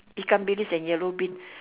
ikan-bilis and yellow bean